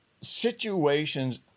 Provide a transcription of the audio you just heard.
situations